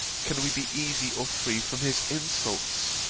can we be easy or free from his insults?